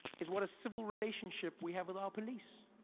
is what a civil relationship we have with our police